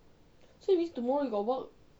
so it means tomorrow you got work